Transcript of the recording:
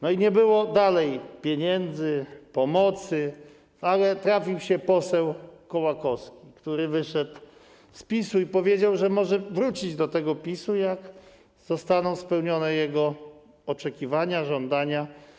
No i nie było dalej pieniędzy, pomocy, ale trafił się poseł Kołakowski, który wyszedł z PiS-u i powiedział, że może wrócić do tego PiS-u, jak zostaną spełnione jego oczekiwania, żądania.